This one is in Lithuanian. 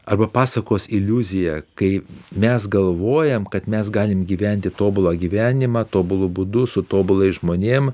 arba pasakos iliuzija kai mes galvojam kad mes galim gyventi tobulą gyvenimą tobulu būdu su tobulais žmonėm